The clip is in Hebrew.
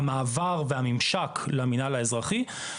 המעבר והממשק למנהל האזרחי,